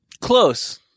Close